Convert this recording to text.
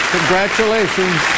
Congratulations